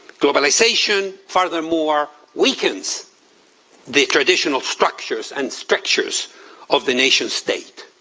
globalization furthermore weakens the traditional structures and stretchers of the nation state,